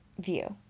view